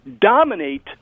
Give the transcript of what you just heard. dominate